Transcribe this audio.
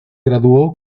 graduó